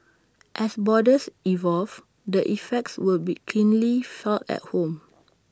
as borders evolve the effects would be keenly felt at home